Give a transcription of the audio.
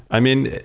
i mean,